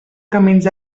camins